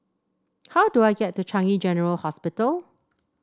how do I get to Changi General Hospital